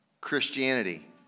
Christianity